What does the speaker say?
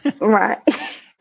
Right